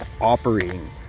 operating